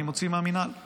אני מוציא מהמינהל.